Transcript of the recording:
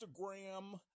Instagram